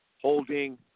Holding